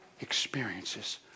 experiences